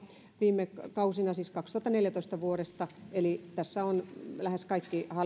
viime kausina siis vuodesta kaksituhattaneljätoista eli lähes